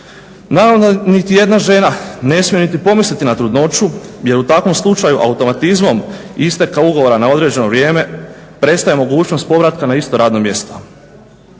Naravno da niti jedna žena ne smije niti pomisliti na trudnoću jer u takvom slučaju automatizmom istekom ugovora na određeno vrijeme prestaje mogućnost povratka na isto radno mjesto.